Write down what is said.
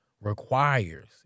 requires